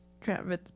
Travis